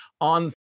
on